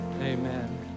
Amen